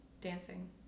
dancing